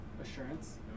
Assurance